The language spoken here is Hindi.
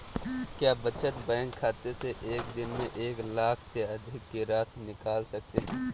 क्या बचत बैंक खाते से एक दिन में एक लाख से अधिक की राशि निकाल सकते हैं?